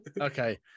Okay